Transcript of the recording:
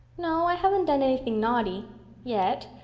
no, i haven't done anything naughty yet.